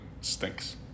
stinks